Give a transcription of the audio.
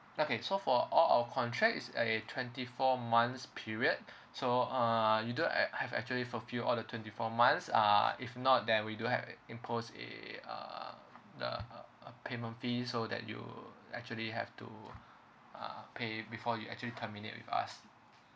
okay so for all our contract is a twenty four months period so uh you do h~ have actually fulfill all the twenty four months uh if not then we do have impose uh the uh payment fee so that you actually have to uh pay before you actually terminate with us